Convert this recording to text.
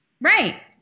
Right